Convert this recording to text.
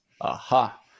Aha